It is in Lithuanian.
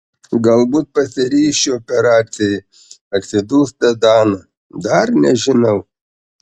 galbūt pasiryšiu operacijai atsidūsta dana dar nežinau